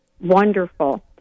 wonderful